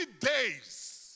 days